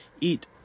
eat